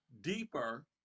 deeper